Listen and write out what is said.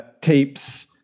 tapes